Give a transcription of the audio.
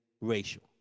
racial